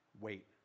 wait